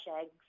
eggs